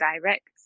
direct